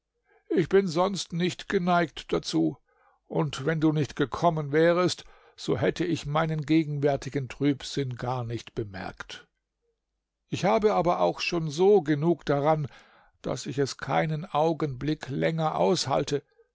ich bin sonst nicht geneigt dazu und wenn du nicht gekommen wärest so hätte ich meinen gegenwärtigen trübsinn gar nicht bemerkt ich habe aber auch schon so genug daran daß ich es keinen augenblick länger aushalte